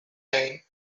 time